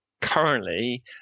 currently